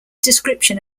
description